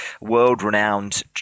world-renowned